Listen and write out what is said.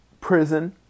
prison